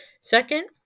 Second